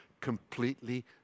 completely